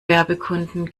werbekunden